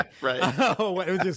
right